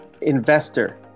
investor